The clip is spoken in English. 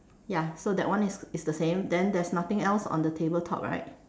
ya so that one is is the same then there's nothing else on the tabletop right